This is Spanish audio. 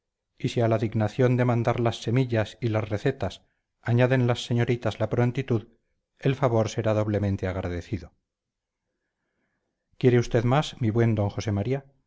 y si a la dignación de mandar las semillas y las recetas añaden las señoritas la prontitud el favor será doblemente agradecido quiere usted más mi buen d josé maría